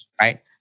right